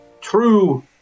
true